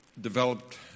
developed